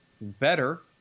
better